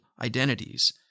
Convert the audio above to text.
identities